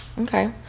Okay